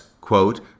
quote